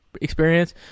experience